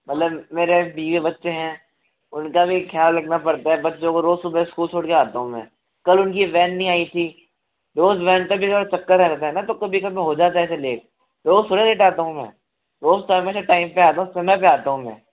मतलब मेरे बीवी बच्चे हैं उनका भी ख्याल रखना पड़ता है बच्चों को रोज़ सुबह स्कूल छोड़ के आता हूँ मैं कल उनकी वैन नहीं आयी थी तो उस वैन तक का चक्कर रहता है ना तो कभी कभी हो जाता है ऐसे लेट रोज़ थोड़ी ना लेट आता हूँ मैं रोज़ तो हमेशा टाइम पे आता हूँ समय पे आता हूँ मैं